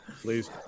please